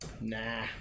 Nah